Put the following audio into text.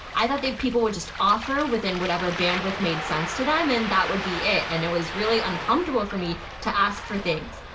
i thought that people would just offer within whatever bandwidth made sense to them and that would be it. and it was really uncomfortable for me to ask for things.